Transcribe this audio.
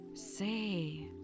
Say